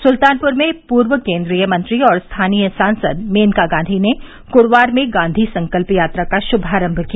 सुल्तानपुर में पूर्व केन्द्रीय मंत्री व स्थानीय सांसद मेनका गांधी ने क्ड़वार में गांधी संकल्प यात्रा का श्मारम्भ किया